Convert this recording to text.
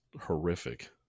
horrific